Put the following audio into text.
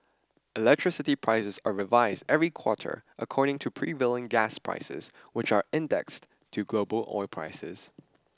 electricity prices are revised every quarter according to prevailing gas prices which are indexed to global oil prices